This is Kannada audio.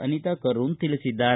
ಅನಿತಾ ಕರೂನ್ ತಿಳಿಸಿದ್ದಾರೆ